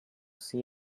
see